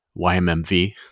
YMMV